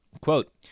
quote